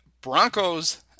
Broncos